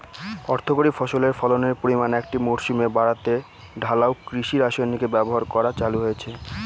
অর্থকরী ফসলের ফলনের পরিমান একটি মরসুমে বাড়াতে ঢালাও কৃষি রাসায়নিকের ব্যবহার করা চালু হয়েছে